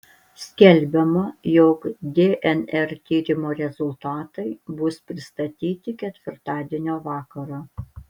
skelbiama jog dnr tyrimo rezultatai bus pristatyti ketvirtadienio vakarą